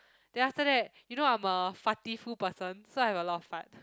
then after that you know I'm a fartiful person so I have a lot of fart